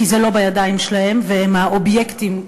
כי זה לא בידיים שלהם והם האובייקטים,